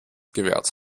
gewährt